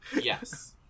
Yes